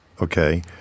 Okay